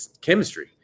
chemistry